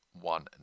One